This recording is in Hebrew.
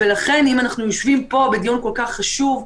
ולכן אם אנחנו יושבים פה בדיון כל כך חשוב,